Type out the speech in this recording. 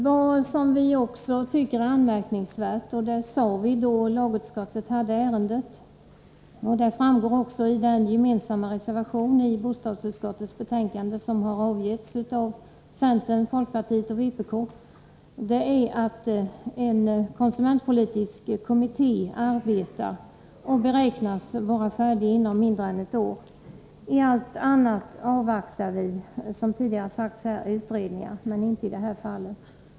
Vad vi också tycker är anmärkningsvärt — det sade vi då lagutskottet yttrade sig om ärendet, och det framgår även av den gemensamma reservation i bostadsutskottets betänkande som har avgetts av centern, folkpartiet och vpk — är att en konsumentpolitisk kommitté arbetar och beräknas bli färdig inom mindre än ett år. I fråga om allt annat avvaktar vi, som tidigare sagts här, utredningar, men inte i detta fall.